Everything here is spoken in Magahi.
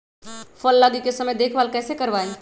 फल लगे के समय देखभाल कैसे करवाई?